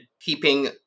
Keeping